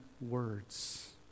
words